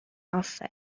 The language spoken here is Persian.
افرین